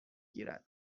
گیرد